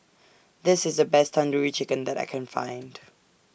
This IS The Best Tandoori Chicken that I Can Find